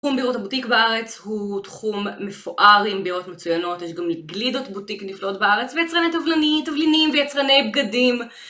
תחום בירות הבוטיק בארץ הוא תחום מפואר עם בירות מצוינות יש גם גלידות בוטיק נפלאות בארץ ויצרני תבלינים ויצרני בגדים